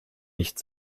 nicht